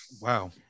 Wow